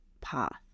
path